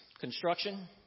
construction